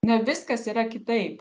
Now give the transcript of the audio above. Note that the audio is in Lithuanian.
na viskas yra kitaip